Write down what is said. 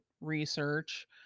research